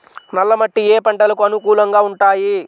నల్ల మట్టి ఏ ఏ పంటలకు అనుకూలంగా ఉంటాయి?